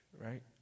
right